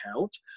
count